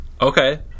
okay